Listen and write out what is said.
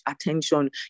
attention